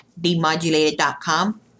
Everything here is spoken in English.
demodulated.com